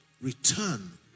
Return